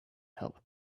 help